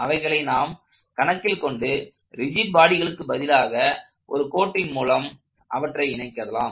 அவைகளை நாம் கணக்கில் கொண்டு ரிஜிட் பாடிகளுக்கு பதிலாக ஒரு கோட்டின் மூலம் அவற்றை இணைக்கலாம்